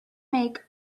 make